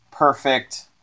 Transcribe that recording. Perfect